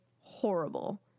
horrible